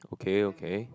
okay okay